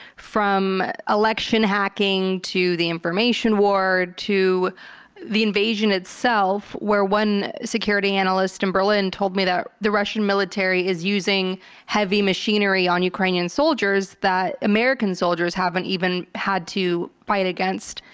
from election hacking, to the information war, to the invasion itself, where one security analyst in berlin told me that the russian military is using heavy machinery on ukrainian soldiers that american soldiers haven't even had to fight against.